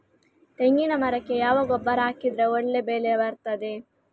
ತೆಂಗಿನ ಮರಕ್ಕೆ ಯಾವ ಗೊಬ್ಬರ ಹಾಕಿದ್ರೆ ಒಳ್ಳೆ ಬೆಳೆ ಬರ್ತದೆ?